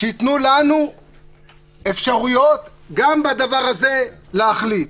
שייתנו לנו אפשרויות גם בדבר הזה להחליט.